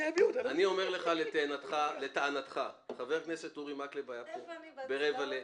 אני אומר לך שחבר הכנסת אורי מקלב היה כאן ברבע ל-,